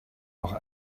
auch